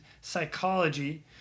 Psychology